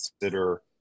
consider